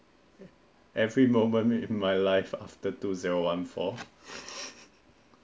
every moment in my life after two zero one four